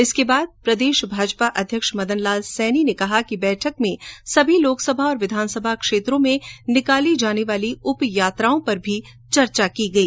इसके बाद प्रदेश भाजपा अध्यक्ष मदन लाल सैनी ने कहा कि बैठक में सभी लोकसभा और विधानसभा क्षेत्रों में निकाली जाने वाली उपयात्राओं पर भी चर्चा की गई